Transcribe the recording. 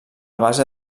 base